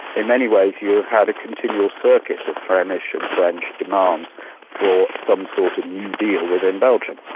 in many ways, you've had a continual circuit of flemish and french demands for some sort of new deal within belgium.